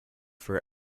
for